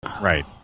Right